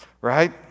Right